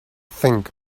think